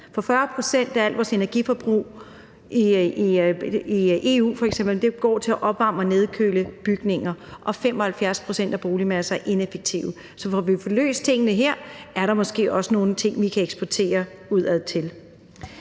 For 40 pct. af alt vores energiforbrug i EU går f.eks. til at opvarme og nedkøle bygninger, og 75 pct. af boligmassen er ineffektiv. Så når vi får løst tingene her, er der måske også nogle ting, vi kan eksportere udadtil.